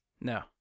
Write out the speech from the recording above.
No